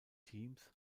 teams